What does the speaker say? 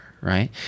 right